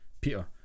Peter